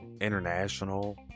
international